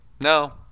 no